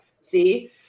see